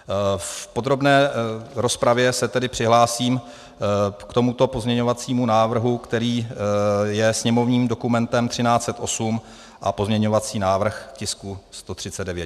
V podrobné rozpravě se tedy přihlásím k tomuto pozměňovacímu návrhu, který je sněmovním dokumentem 1308, a pozměňovací návrh k tisku 139.